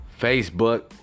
Facebook